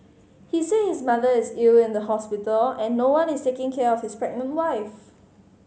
he said his mother is ill in the hospital and no one is taking care of his pregnant wife